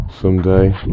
Someday